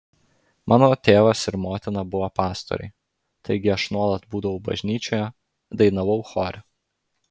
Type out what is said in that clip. mano tėvas ir motina buvo pastoriai taigi aš nuolat būdavau bažnyčioje dainavau chore